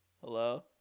Hello